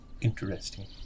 Interesting